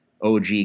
OG